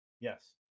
yes